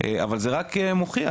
אבל זה רק מוכיח